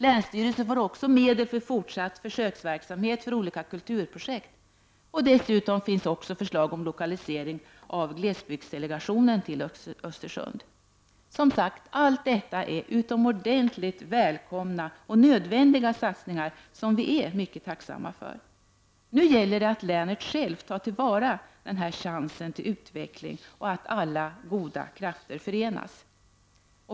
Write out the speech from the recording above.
Länsstyrelsen får också medel för fortsatt försöksverksamhet för olika kulturprojekt. Dessutom finns förslag om lokalisering av glesbygdsdelegationen till Östersund. Som sagt, allt detta är utomordentligt välkomna och nödvändiga satsningar, som vi är mycket tacksamma för. Nu gäller att länet självt tar till vara denna chans till utveckling och att alla goda krafter förenas.